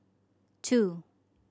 two